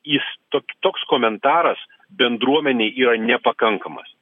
jis tok toks komentaras bendruomenei yra nepakankamas